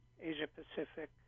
asia-pacific